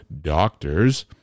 doctors